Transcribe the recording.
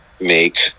make